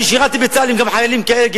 אני שירתי בצה"ל עם חיילים כאלה.